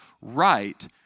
right